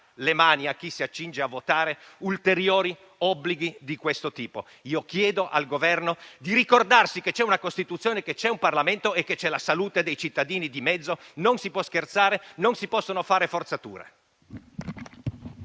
le mani a chi si accinge a votare ulteriori obblighi di questo tipo. Chiedo al Governo di ricordarsi che c'è una Costituzione, che c'è un Parlamento e che c'è la salute dei cittadini di mezzo. Non si può scherzare, non si possono fare forzature.